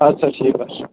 اَدٕ سا ٹھیٖک حظ چھُ